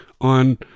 on